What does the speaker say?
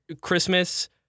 Christmas